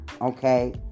okay